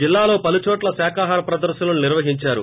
జిల్లాలో పలుచోట్ల శాఖాహర ప్రదర్శనలు ేనిర్వహించారు